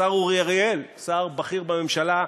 השר אורי אריאל, שר בכיר בממשלה,